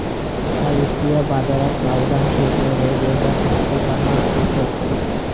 एका वित्तीय बाजाराक सावधानतेच्या वेगवेगळ्या संकल्पना असत